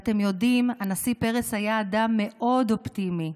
אתם יודעים, הנשיא פרס היה אדם מאוד אופטימי.